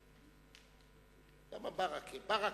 למה ברכה?